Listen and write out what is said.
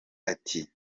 ati